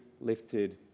lifted